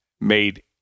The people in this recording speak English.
made